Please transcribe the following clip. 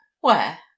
Where